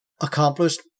accomplished